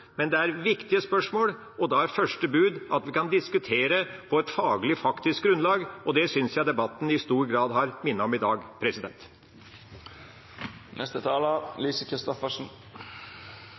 viktige spørsmål. Da er første bud at vi kan diskutere på et faglig og faktisk grunnlag, og det synes jeg debatten i stor grad har minnet om i dag.